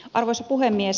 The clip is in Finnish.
arvoisa puhemies